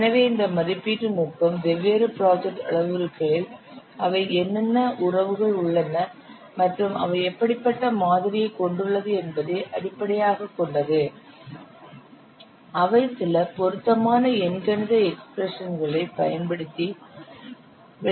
எனவே இந்த மதிப்பீட்டு நுட்பம் வெவ்வேறு ப்ராஜெக்ட் அளவுருக்களில் அவை என்னென்ன உறவுகள் உள்ளன மற்றும் அவை எப்படிப்பட்ட மாதிரியை கொண்டுள்ளது என்பதை அடிப்படையாகக் கொண்டது அவை சில பொருத்தமான எண்கணிதக் எக்ஸ்பிரஷன்களை பயன்படுத்தி வெளிப்படுத்தப்படலாம்